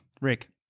Rick